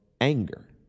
anger